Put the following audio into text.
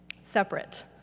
separate